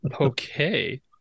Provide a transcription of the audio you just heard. Okay